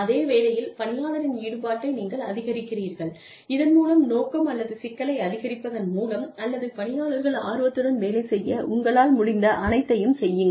அதே வேலையில் பணியாளரின் ஈடுபாட்டை நீங்கள் அதிகரிக்கிறீர்கள் இதன் மூலம் நோக்கம் அல்லது சிக்கலை அதிகரிப்பதன் மூலம் அல்லது பணியாளர்கள் ஆர்வத்துடன் வேலை செய்ய உங்களால் முடிந்த அனைத்தையும் செய்யுங்கள்